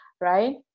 right